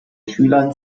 schülern